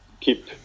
keep